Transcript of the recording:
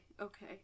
okay